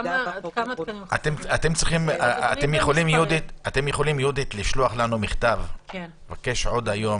תוכלו לשלוח לנו מכתב היום,